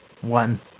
one